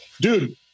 dude